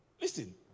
listen